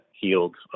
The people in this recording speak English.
healed